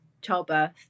childbirth